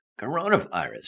coronavirus